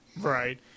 Right